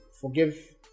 forgive